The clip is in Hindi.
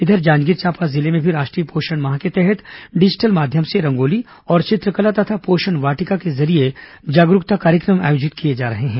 इधर जांजगीर चांपा जिले में भी राष्ट्रीय पोषण माह के तहत डिजिटल माध्यम से रंगोली और चित्रकला तथा पोषण वाटिका के जरिये जागरूकता कार्यक्रम आयोजित किए जा रहे हैं